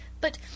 But—